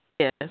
Yes